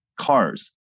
cars